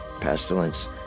pestilence